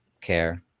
care